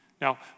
Now